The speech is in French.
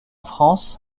france